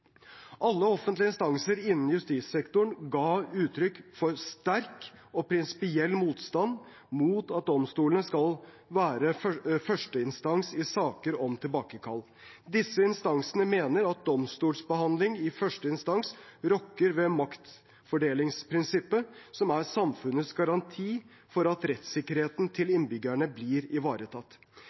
Alle offentlige instanser innen justissektoren ga uttrykk for sterk og prinsipiell motstand mot at domstolene skal være førsteinstans i saker om tilbakekall. Disse instansene mener at domstolsbehandling i første instans rokker ved maktfordelingsprinsippet, som er samfunnets garanti for at rettssikkerheten til innbyggerne blir ivaretatt.